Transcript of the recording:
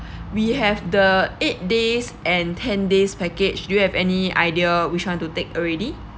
we have the eight days and ten days package do you have any idea which want to take already